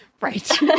Right